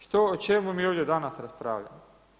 Što, o čemu mi ovdje danas raspravljamo?